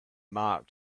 mark